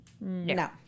No